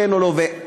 כן או לא,